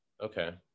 Okay